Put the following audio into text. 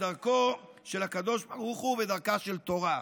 "בדרכו של הקב"ה ובדרכה של תורה".